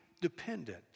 dependent